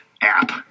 app